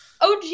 OG